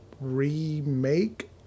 remake